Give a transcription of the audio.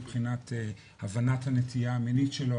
מבחינת הבנת הנטייה המינית שלו,